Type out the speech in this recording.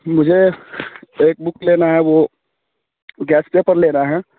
मुझे एक बुक लेना है वह गैस पेपर ले रहे हैं